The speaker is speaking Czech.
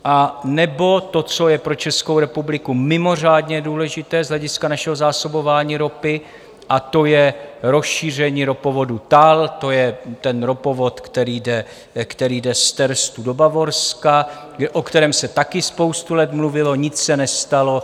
Anebo to, co je pro Českou republiku mimořádně důležité z hlediska našeho zásobování ropy, a to je rozšíření ropovodu TAL, to je ten ropovod, který jde z Terstu do Bavorska, o kterém se taky spoustu let mluvilo, a nic se nestalo.